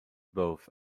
both